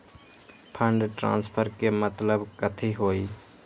Fund transfer के मतलब कथी होई?